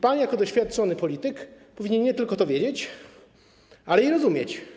Pan jako doświadczony polityk powinien nie tylko to wiedzieć, ale i rozumieć.